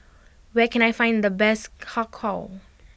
where can I find the best Har Kow